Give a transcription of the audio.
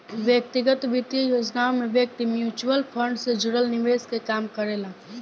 व्यक्तिगत वित्तीय योजनाओं में व्यक्ति म्यूचुअल फंड से जुड़ल निवेश के काम करेला